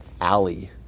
alley